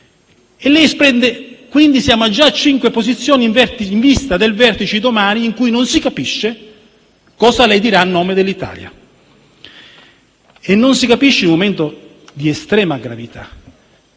Siamo quindi già a cinque diverse posizioni in vista del vertice di domani, in cui non si capisce cosa lei dirà a nome dell'Italia. E non si capisce il momento di estrema gravità,